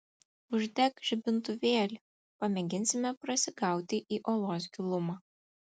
uždek žibintuvėlį pamėginsime prasigauti į olos gilumą